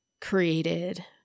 created